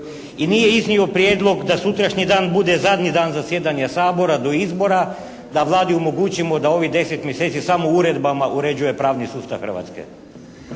i nije iznio prijedlog da sutrašnji dan bude zadnji dan zasjedanja Sabora do izbora, da Vladi omogućimo da u ovih 10 mjeseci samo uredbama uređuje pravni sustav Hrvatske.